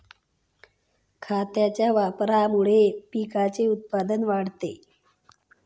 खतांच्या वापरामुळे पिकाचे उत्पादन वाढते